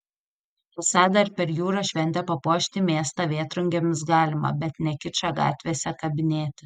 esą dar per jūros šventę papuošti miestą vėtrungėmis galima bet ne kičą gatvėse kabinėti